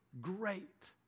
great